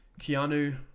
keanu